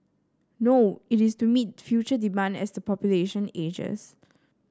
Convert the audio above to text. no it is to meet future demand as the population ages